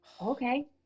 okay